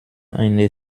eine